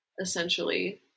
essentially